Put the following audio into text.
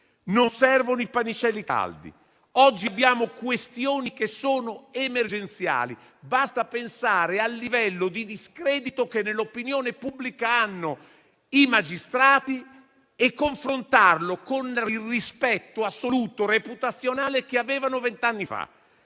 Non servono i pannicelli caldi, perché oggi abbiamo questioni emergenziali. Basta pensare al livello di discredito che nell'opinione pubblica hanno i magistrati e confrontarlo con il rispetto assoluto reputazionale che avevano vent'anni fa.